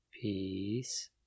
Peace